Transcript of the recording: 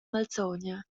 malsogna